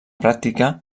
pràctica